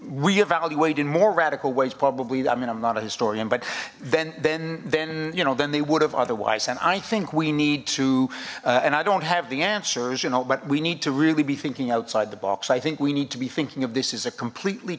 reevaluate in more radical ways probably i mean i'm not a historian but then then then you know then they would have otherwise and i think we need to and i don't have the answers you know but we need to really be thinking outside the box i think we need to be thinking of this is a completely